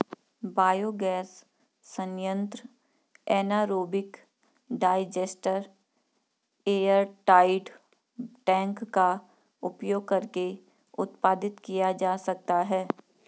biogas संयंत्र anaerobic digester airtight tank का उपयोग करके उत्पादित किया जा सकता है